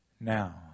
Now